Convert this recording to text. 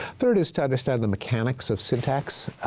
third is to understand the mechanics of syntax,